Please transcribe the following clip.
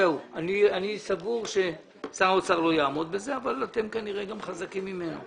אני סבור ששר האוצר לא יעמוד בזה אבל אתם כנראה גם חזקים ממנו.